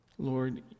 Lord